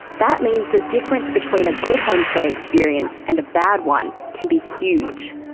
that means the difference between a good homestay experience and a bad one can be huge.